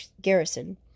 garrison